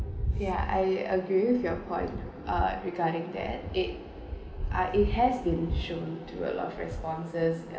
yeah I agree with your point uh regarding that it ah it has been shown to a lot of responses